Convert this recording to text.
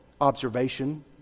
observation